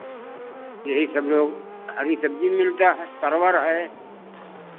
यही सब जो हरी सब्ज़ी मिलता है परवल है